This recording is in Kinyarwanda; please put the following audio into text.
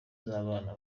z’abana